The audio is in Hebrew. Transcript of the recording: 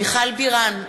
מיכל בירן,